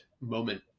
moment